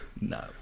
No